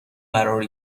قرار